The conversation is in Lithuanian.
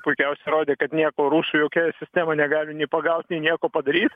puikiausiai įrodė kad nieko rusų jokia sistema negali nei pagaut nei nieko padaryt